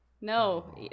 No